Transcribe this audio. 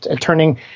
turning